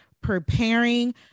preparing